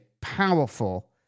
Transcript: powerful